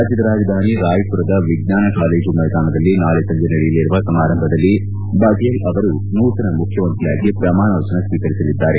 ರಾಜ್ಯದ ರಾಜಧಾನಿ ರಾಯಪುರ್ದ ವಿಜ್ಞಾನ ಕಾಲೇಜು ಮೈದಾನದಲ್ಲಿ ನಾಳೆ ಸಂಜೆ ನಡೆಯಲಿರುವ ಸಮಾರಂಭದಲ್ಲಿ ಬಫೇಲ್ ಅವರು ನೂತನ ಮುಖ್ಯಮಂತ್ರಿಯಾಗಿ ಪ್ರಮಾಣ ವಚನ ಸ್ವೀಕರಿಸಲಿದ್ದಾರೆ